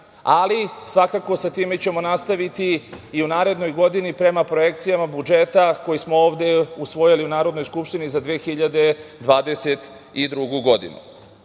ali svakako sa time ćemo nastaviti i u narednoj godini prema projekcijama budžeta koji smo ovde usvojili u Narodnoj skupštini za 2022. godinu. Ali,